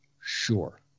sure